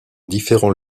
différents